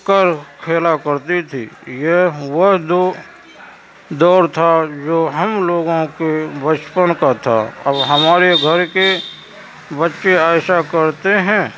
کر کھیلا کرتی تھی یہ وہ دو دور تھا جو ہم لوگوں کے بچپن کا تھا اب ہمارے گھر کے بچے ایسا کرتے ہیں